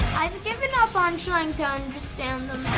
i've given up on trying to understand them.